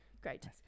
great